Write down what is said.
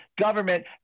government